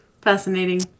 Fascinating